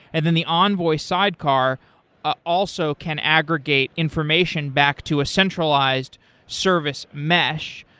and then the envoy sidecar ah also can aggregate information back to a centralized service mash.